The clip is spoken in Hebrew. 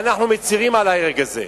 ואנחנו מצרים על ההרג הזה.